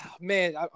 man